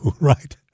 right